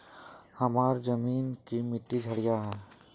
हमार जमीन की मिट्टी क्षारीय है?